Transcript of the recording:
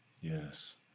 Yes